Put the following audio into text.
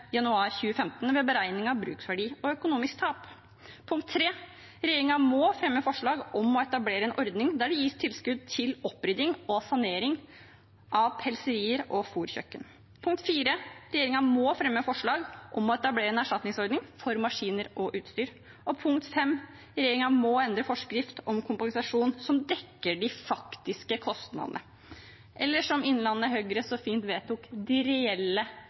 januar 2015 ved beregning av bruksverdi og økonomisk tap. Punkt 3: Regjeringen må fremme forslag om å etablere en ordning der det gis tilskudd til opprydding og sanering av pelserier og fôrkjøkken. Punkt 4: Regjeringen må fremme forslag om å etablere en erstatningsordning for maskiner og utstyr. Punkt 5: Regjeringen må endre forskrift om kompensasjon som dekker de faktiske kostnadene. Eller som Innlandet Høyre så fint vedtok: «de reelle